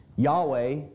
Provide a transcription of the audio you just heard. Yahweh